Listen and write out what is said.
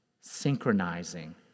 synchronizing